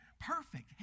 Perfect